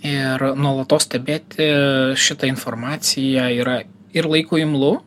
ir nuolatos stebėti ir šitą informaciją yra ir laiku imlu